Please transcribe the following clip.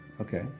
Okay